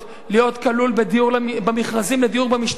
להיות כלול במכרזים לדיור במשתכן,